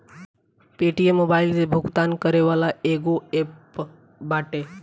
Paytm mobile से भुगतान करे वाला एगो एप्प बाटे